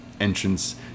entrance